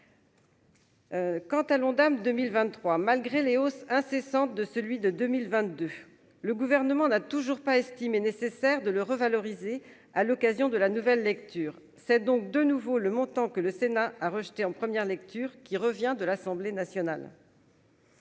Quant à l'Ondam 2023 malgré les hausses incessantes de celui de 2022, le gouvernement n'a toujours pas estimé nécessaire de le revaloriser à l'occasion de la nouvelle lecture cette donc de nouveau le montant que le Sénat a rejeté en première lecture, qui revient de l'Assemblée nationale.